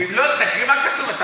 לא, תקריא מה כתוב.